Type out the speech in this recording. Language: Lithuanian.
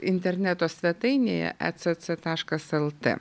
interneto svetainėje ecc taškas lt